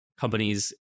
companies